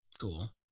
Cool